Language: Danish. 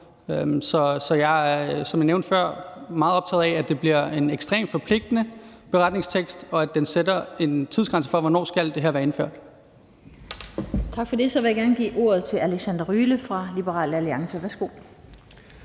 Som jeg nævnte før, er jeg meget optaget af, at det bliver en ekstremt forpligtende beretningstekst, og at den sætter en tidsgrænse for, hvornår det her skal være indført. Kl. 16:00 Den fg. formand (Annette Lind): Tak for det. Så vil jeg gerne give ordet til hr. Alexander Ryle fra Liberal Alliance. Værsgo.